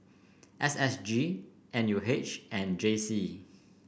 S S G N U H and J C